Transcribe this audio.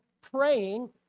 Praying